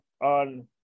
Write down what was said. on